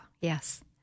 yes